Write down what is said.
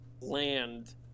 land